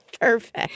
perfect